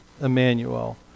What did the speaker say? Emmanuel